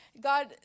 God